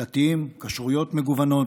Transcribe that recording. דתיים, כשרויות מגוונות,